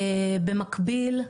במקביל,